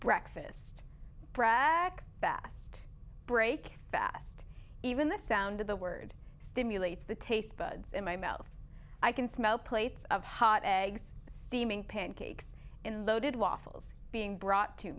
breakfast brag best break fast even the sound of the word stimulates the taste buds in my mouth i can smell plates of hot eggs steaming pancakes in loaded waffles being brought to